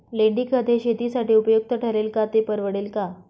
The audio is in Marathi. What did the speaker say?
लेंडीखत हे शेतीसाठी उपयुक्त ठरेल का, ते परवडेल का?